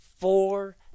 Four